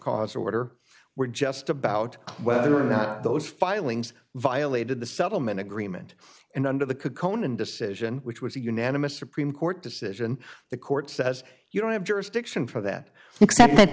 cause order were just about whether or not those filings violated the settlement agreement and under the could conan decision which was a unanimous supreme court decision the court says you don't have jurisdiction for that except th